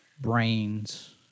brains